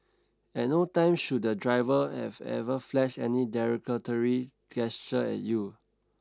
at no time should the driver have ever flashed any derogatory gesture at you